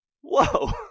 Whoa